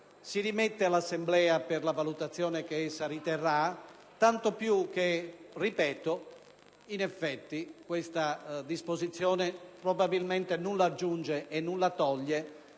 si rimette all'Assemblea per la valutazione che essa riterrà, tanto più che, ripeto, in effetti, questa disposizione probabilmente nulla aggiunge e nulla toglie